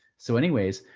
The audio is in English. so anyways,